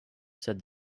said